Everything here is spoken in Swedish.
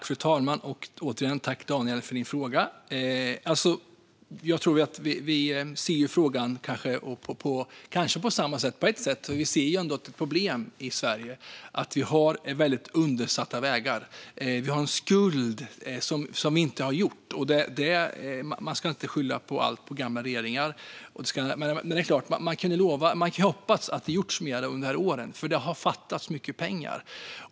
Fru talman! Tack för din fråga, Daniel! Jag tror att vi på ett sätt ändå ser likadant på frågan. Vi ser ett problem i Sverige. Vi har väldigt eftersatta vägar. Vi har en skuld av underhåll som inte är gjort. Man ska inte skylla allt på gamla regeringar, men man hade ju kunnat hoppas att det gjorts mer genom åren. Det har fattats mycket pengar.